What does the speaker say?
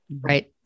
Right